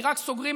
כי רק סוגרים,